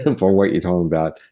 um for what you're talking about,